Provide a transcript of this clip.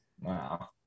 Wow